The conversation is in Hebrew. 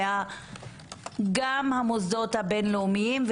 גם המוסדות הבינלאומיים,